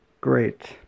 Great